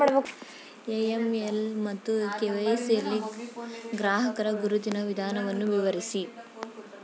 AML ಮತ್ತು KYC ಯಲ್ಲಿ ಗ್ರಾಹಕರ ಗುರುತಿನ ವಿಧಾನವನ್ನು ವಿವರಿಸಿ?